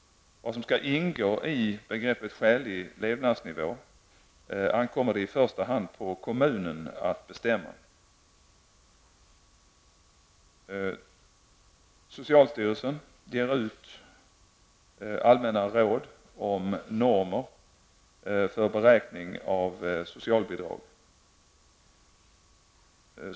Vad som skall ingå i begreppet skälig levnadsnivå ankommer i första hand på kommunen att bestämma. Socialstyrelsen ger ut allmänna råd om normer vid beräkning av socialbidrag.